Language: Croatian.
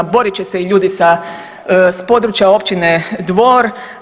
Borit će se i ljudi sa područja općine Dvor.